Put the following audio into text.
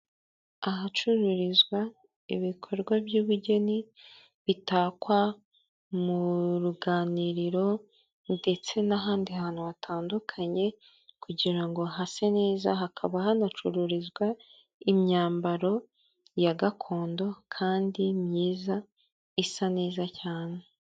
Ahacururizwa ibikorwa by'ubugeni, bitakwa mu ruganiriro ndetse n'ahandi hantu hatandukanye kugira ngo hase neza, hakaba hanacururizwa imyambaro ya gakondo kandi myiza, isa neza cyane.